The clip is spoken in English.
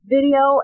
video